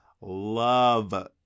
love